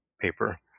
paper